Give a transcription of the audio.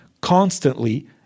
constantly